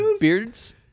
beards